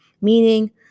Meaning